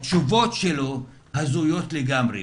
התשובות שלו הזויות לגמרי.